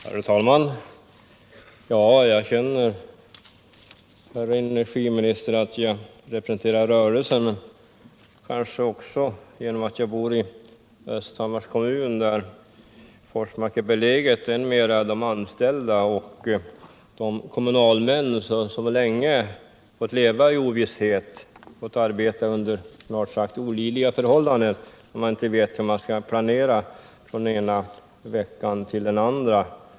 Herr talman! Jag erkänner att jag representerar rörelsen men kanske, genom att jag bor i Östhammars kommun, där Forsmark är beläget, än mer de anställda och de kommunalmän som sedan länge har fått leva i ovisshet och arbeta under snart sagt olidliga förhållanden, då de från den ena veckan till den andra inte vet hur de skall planera.